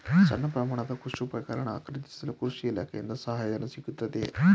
ಸಣ್ಣ ಪ್ರಮಾಣದ ಕೃಷಿ ಉಪಕರಣ ಖರೀದಿಸಲು ಕೃಷಿ ಇಲಾಖೆಯಿಂದ ಸಹಾಯಧನ ಸಿಗುತ್ತದೆಯೇ?